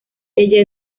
ella